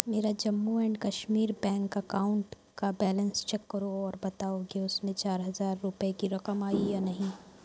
میرا Jammu and Kashmir bank account کا balance check کرو اور بتاؤ کہ اس میں چار ہزار روپئے کی رقم آئی یا نہیں